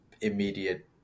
immediate